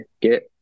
get